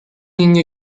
lignes